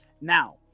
Now